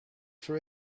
for